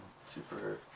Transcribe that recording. Super